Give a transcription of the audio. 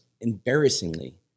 embarrassingly